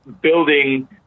building